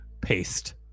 paste